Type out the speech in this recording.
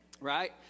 Right